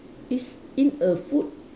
is in a food